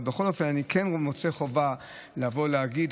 אבל בכל אופן אני כן מוצא חובה לבוא ולהגיד,